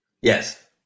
Yes